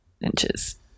inches